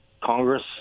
Congress